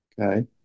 okay